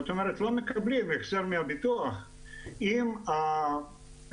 זאת אומרת לא מקבלים החזר מהביטוח אם במהלך